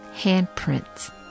handprints